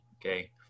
okay